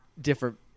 different